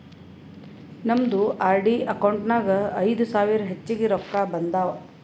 ನಮ್ದು RD account ನಾಗ್ ಐಯ್ದ ಸಾವಿರ ಹೆಚ್ಚಿಗೆ ರೊಕ್ಕಾ ಬಂದಾವ್